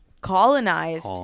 colonized